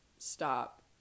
stop